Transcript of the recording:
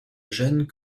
gênes